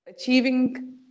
achieving